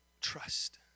trust